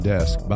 Desk